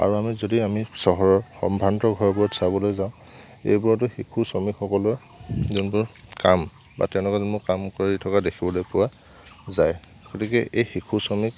আৰু আমি যদি আমি চহৰৰ সম্ভ্ৰান্ত ঘৰবোৰত চাবলৈ যাওঁ এইবোৰতো শিশু শ্ৰমিকসকলোৱে যোনবোৰ কাম বা তেনেকুৱা ধৰণৰ কাম কৰি থকা দেখিবলৈ পোৱা যায় গতিকে এই শিশু শ্ৰমিক